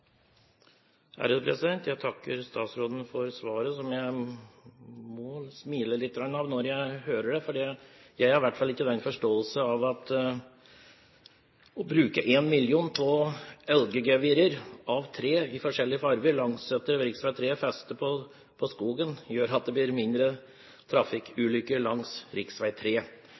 Jeg takker statsråden for svaret, som jeg må smile litt av når jeg hører det, for jeg har i hvert fall ikke den forståelsen at å bruke 1 mill. kr på elggevir av tre i forskjellige farger, festet på skogen langsetter rv. 3, gjør at det blir mindre trafikkulykker langs